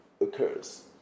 occurs